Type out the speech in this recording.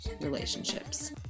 relationships